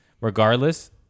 regardless